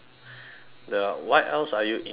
the what else are you interested in